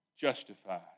justified